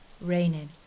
raining